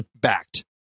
Backed